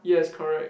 yes correct